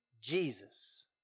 Jesus